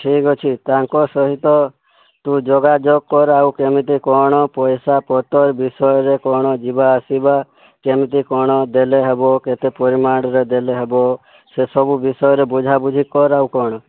ଠିକ୍ ଅଛି ତାଙ୍କ ସହିତ ତୁ ଯୋଗାଯୋଗ କର ଆଉ କେମିତି କ'ଣ ପଇସା ପତ୍ର ବିଷୟ ରେ କ'ଣ ଯିବା ଆସିବା କେମିତି କ'ଣ ଦେଲେ ହବ କେତେ ପରିମାଣ ରେ ଦେଲେ ହେବ ସେ ସବୁ ବିଷୟରେ ବୁଝା ବୁଝି କର ଆଉ କ'ଣ